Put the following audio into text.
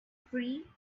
free